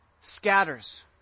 scatters